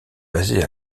basé